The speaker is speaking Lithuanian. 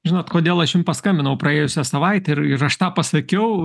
žinot kodėl aš jum paskambinau praėjusią savaitę ir ir aš tą pasakiau